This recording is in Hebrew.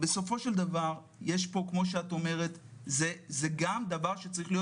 בסופו של דבר כמו שאת אומרת זה גם דבר שצריך להיות